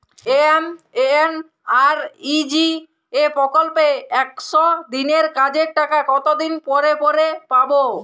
MNREGA প্রকল্পে একশ দিনের কাজের টাকা কতদিন পরে পরে পাব?